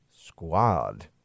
Squad